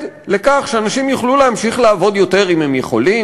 לכך שאנשים יוכלו להמשיך לעבוד יותר אם הם יכולים,